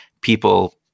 people